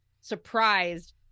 surprised